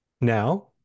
Now